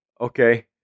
Okay